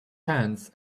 pants